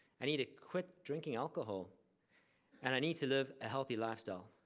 i need to quit drinking alcohol and i need to live a healthy lifestyle.